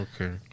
okay